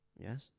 Yes